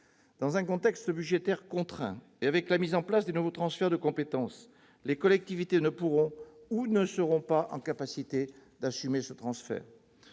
Dans un contexte budgétaire contraint et avec la mise en place de nouveaux transferts de compétences, les collectivités ne pourront assumer ce transfert